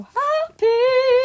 happy